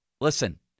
Listen